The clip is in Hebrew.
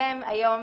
החוק היום